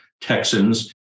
Texans